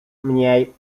mniej